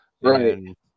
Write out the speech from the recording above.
right